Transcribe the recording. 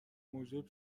موجب